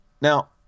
Now